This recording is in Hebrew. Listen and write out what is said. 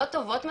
לא טובות מספיק.